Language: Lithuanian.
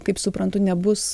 kaip suprantu nebus